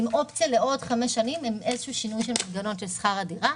עם אופציה לעוד חמש שנים באיזה שהוא שינוי של מנגנון שכר הדירה.